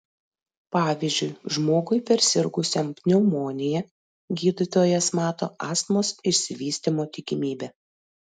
pavyzdžiui žmogui persirgusiam pneumonija gydytojas mato astmos išsivystymo tikimybę